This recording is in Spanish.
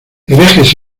herejes